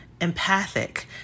empathic